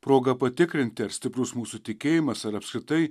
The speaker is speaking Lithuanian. proga patikrinti ar stiprus mūsų tikėjimas ar apskritai